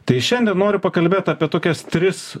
tai šiandien noriu pakalbėt apie tokias tris